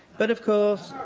but, of course,